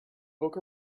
book